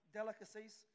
delicacies